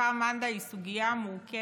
בכפר מנדא היא סוגיה מורכבת,